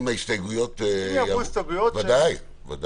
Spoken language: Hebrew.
ודאי.